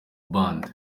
band